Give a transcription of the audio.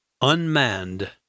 Unmanned